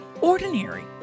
ordinary